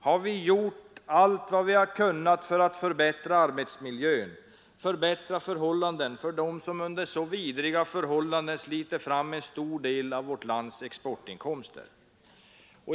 Har vi gjort allt vad vi har kunnat för att förbättra arbetsmiljön för dem som under så vidriga förhållanden sliter fram en stor del av vårt lands exportinkomster?